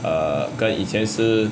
err 跟以前是:gen yi qianan shi